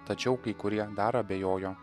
tačiau kai kurie dar abejojo